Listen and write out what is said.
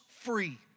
free